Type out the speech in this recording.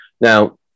Now